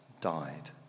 died